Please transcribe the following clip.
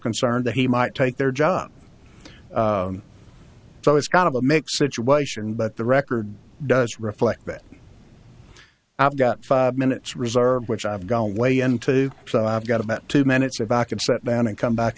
concerned that he might take their job so it's kind of a mixed situation but the record does reflect that i've got five minutes reserved which i've got way into so i've got about two minutes of back and sat down and come back